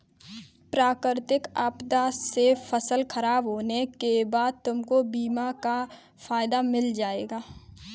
प्राकृतिक आपदा से फसल खराब होने के बाद तुमको बीमा का फायदा मिल जाएगा